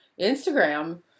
Instagram